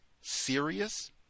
serious